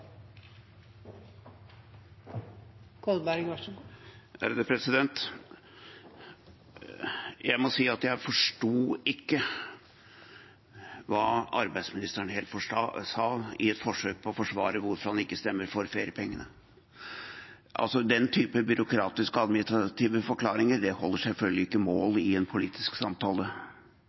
Jeg må si at jeg forsto ikke helt hva arbeidsministeren sa i et forsøk på å forsvare hvorfor han ikke stemmer for feriepengene. Den typen byråkratiske og administrative forklaringer holder selvfølgelig ikke mål i en politisk samtale.